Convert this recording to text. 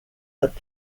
but